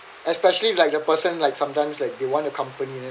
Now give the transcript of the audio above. especially if like the person like sometimes like they want the company them